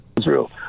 israel